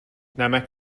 نمک